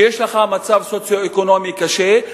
שיש לך מצב סוציו-אקונומי קשה,